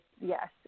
yes